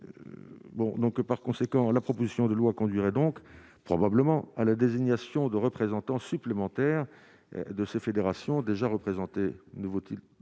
par conséquent, la proposition de loi conduirait donc probablement à la désignation de représentants supplémentaires de ces fédérations déjà représenté